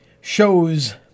shows